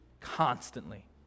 constantly